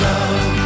Love